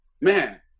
man